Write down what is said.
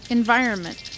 environment